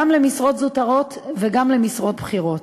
גם למשרות זוטרות וגם למשרות בכירות.